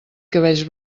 cabells